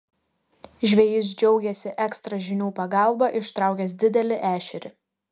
žvejys džiaugėsi ekstra žinių pagalba ištraukęs didelį ešerį